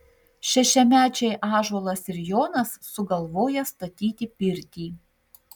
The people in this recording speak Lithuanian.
šešiamečiai ąžuolas ir jonas sugalvoja statyti pirtį